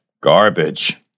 garbage